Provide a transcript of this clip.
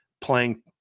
playing